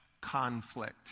conflict